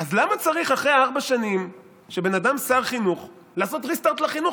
אז למה צריך אחרי ארבע שנים שבן אדם שר חינוך לעשות ריסטרט לחינוך?